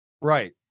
Right